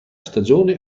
stagione